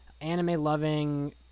anime-loving